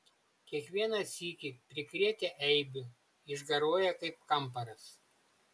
kiekvieną sykį prikrėtę eibių išgaruoja kaip kamparas